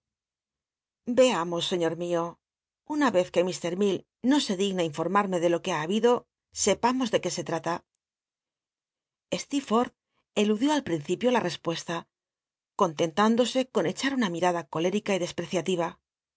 veamos seiíor mio una ez que lk llell no se digna informatme de lo que h habido sepamos de que se l eat a sleel'fotth eludió al principio la respuesta conten tándose con echat una mieacla colérica y deslll'eciativa